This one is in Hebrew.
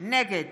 נגד